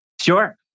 Sure